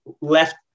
left